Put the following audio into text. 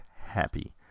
happy